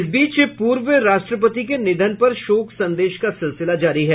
इस बीच पूर्व राष्ट्रपति के निधन पर शोक संदेश का सिलसिला जारी है